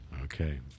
Okay